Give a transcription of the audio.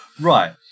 Right